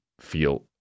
feel